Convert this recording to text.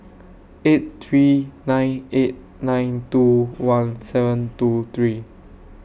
eight three nine eight nine two one seven two three